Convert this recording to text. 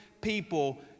people